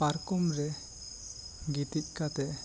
ᱯᱟᱨᱠᱚᱢ ᱨᱮ ᱜᱤᱛᱤᱡ ᱠᱟᱛᱮ